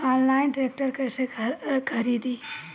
Online tractor कैसे खरदी?